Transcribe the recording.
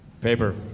paper